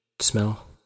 smell